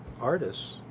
artists